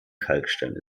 kalkstein